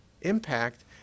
impact